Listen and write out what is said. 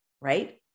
right